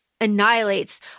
annihilates